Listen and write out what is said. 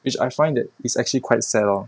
which I find that it's actually quite sad lor